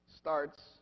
starts